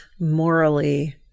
morally